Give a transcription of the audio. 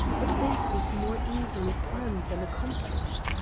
but this was more easily planned than accomplished.